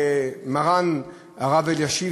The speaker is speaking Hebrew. מרן הרב אלישיב,